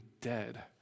dead